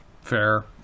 Fair